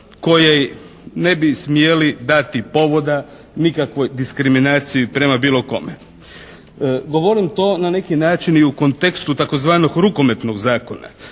koje ne bi smjeli dati povoda nikakvoj diskriminaciji prema bilo kome. Govorim to na neki način i u kontekstu tzv. rukometnog zakona,